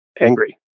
angry